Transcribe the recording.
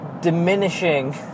diminishing